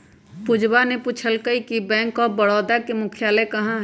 पूजवा ने पूछल कई कि बैंक ऑफ बड़ौदा के मुख्यालय कहाँ हई?